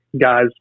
guys